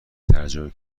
تجربه